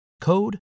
code